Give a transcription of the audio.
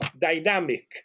dynamic